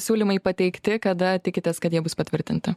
siūlymai pateikti kada tikitės kad jie bus patvirtinti